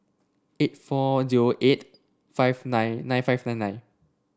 eight four zero eight five nine nine five nine nine